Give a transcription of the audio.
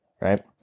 right